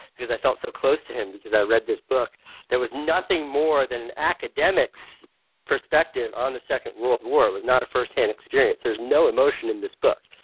because i felt so close to him because i read this book that was nothing more than an academic's perspective on the second world war. it was not a first-hand experience. there's no emotion in this book.